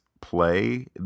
play